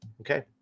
Okay